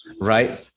Right